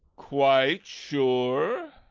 quite sure?